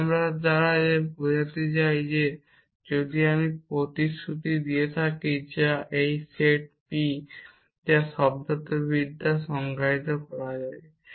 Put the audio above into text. এবং আমি এর দ্বারা বোঝাতে চাই যে যদি আমি প্রতিশ্রুতি দিয়ে থাকি যা এই সেট p যা শব্দার্থবিদ্যার সংজ্ঞায়িত করা যায়